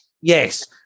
Yes